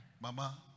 Mama